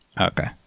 Okay